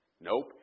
Nope